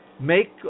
make